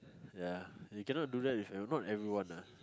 ya you cannot do that with ev~ not everyone ah